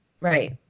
right